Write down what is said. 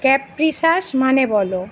capricious মানে বলো